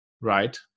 right